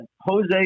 Jose